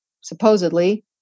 supposedly